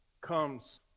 comes